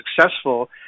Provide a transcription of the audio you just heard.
successful